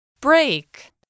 Break